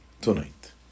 tonight